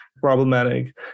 problematic